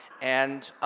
and